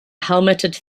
helmeted